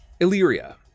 Illyria